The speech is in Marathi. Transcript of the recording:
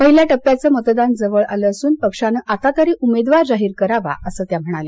पहिल्या टप्प्याचं मतदान जवळ आलं असून पक्षानं आता तरी उमेदवार जाहीर करावा अस त्या म्हणाल्या